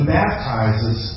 baptizes